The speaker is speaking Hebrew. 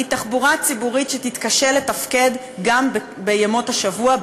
היא תחבורה ציבורית שתתקשה לתפקד גם בימות השבוע,